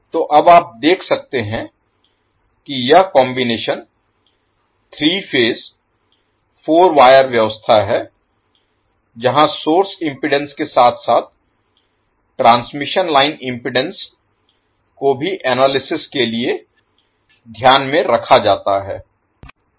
तो अब आप देख सकते हैं कि यह कॉम्बिनेशन 3 फेज 4 वायर व्यवस्था है जहाँ सोर्स इम्पीडेन्स के साथ साथ ट्रांसमिशन लाइन इम्पीडेन्स को भी एनालिसिस के लिए ध्यान में रखा जाता है